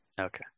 okay